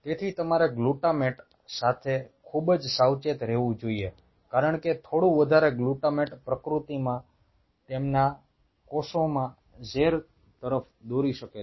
તેથી તમારે ગ્લુટામેટ સાથે ખૂબ જ સાવચેત રહેવું જોઈએ કારણ કે થોડું વધારે ગ્લુટામેટ પ્રકૃતિમાં તેમના કોષોમાં ઝેર તરફ દોરી શકે છે